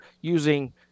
using